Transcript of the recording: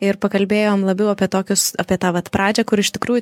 ir pakalbėjom labiau apie tokius apie tą vat pradžią kur iš tikrųjų